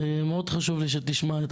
מאוד חשוב לי שתשמע את